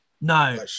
No